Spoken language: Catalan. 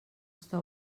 està